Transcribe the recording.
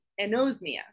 Anosmia